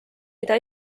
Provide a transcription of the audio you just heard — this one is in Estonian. mida